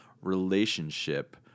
relationship